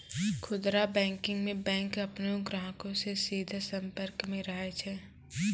खुदरा बैंकिंग मे बैंक अपनो ग्राहको से सीधा संपर्क मे रहै छै